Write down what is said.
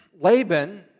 Laban